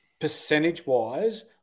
percentage-wise